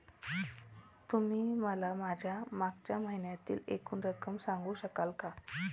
तुम्ही मला माझ्या मागच्या महिन्यातील एकूण रक्कम सांगू शकाल का?